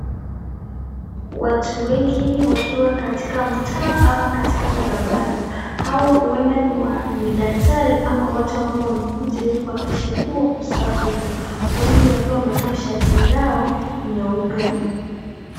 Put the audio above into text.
Watu wengi wakiwa katika mtaa ama katika barabara, hao huenda ni ni daktari ama watu ambao wamekuja ili kuhakikisha kuwa usafi uko. Wengi wakiwa wamevaa shati lao nyeupe.